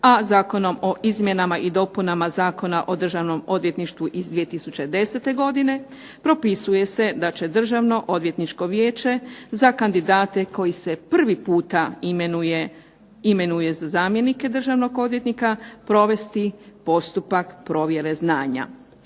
a Zakonom o izmjenama i dopunama Zakona o Državnom odvjetništvu iz 2010. godine propisuje se da će Državno odvjetničko vijeće za kandidate koji se prvi puta imenuje za zamjenike državnog odvjetnika provesti postupak provjere znanja.